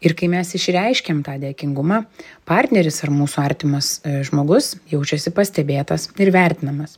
ir kai mes išreiškiam tą dėkingumą partneris ar mūsų artimas žmogus jaučiasi pastebėtas ir vertinamas